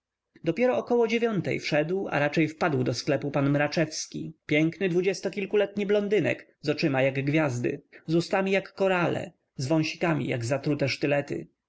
dopiero około dziewiątej wszedł a raczej wpadł do sklepu pan mraczewski piękny dwudziestokilkoletni blondynek z oczyma jak gwiazdy z ustami jak korale z wąsikami jak zatrute sztylety